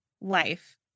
life